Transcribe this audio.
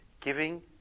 giving